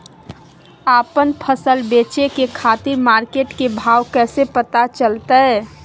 आपन फसल बेचे के खातिर मार्केट के भाव कैसे पता चलतय?